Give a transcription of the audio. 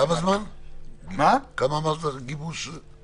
כמה זמן אמרת שנדרש לגיבוש הסכמות והסדרים?